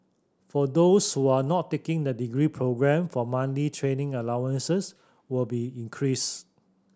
for those who are not taking the degree programme for monthly training allowances will be increased